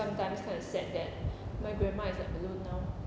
sometimes kind of sad that my grandma is like alone now